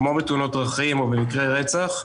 כמו בתאונות דרכים או מקרי רצח,